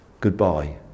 goodbye